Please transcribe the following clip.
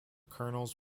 colonels